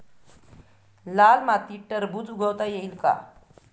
लाल मातीत टरबूज उगवता येईल का?